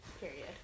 period